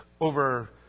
over